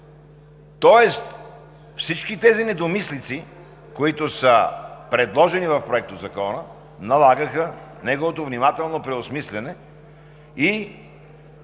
Всички тези недомислици, които са предложени в Проектозакона, налагаха неговото внимателно преосмисляне и,